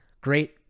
Great